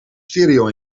stereo